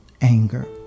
anger